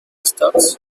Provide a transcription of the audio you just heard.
stocks